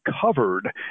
covered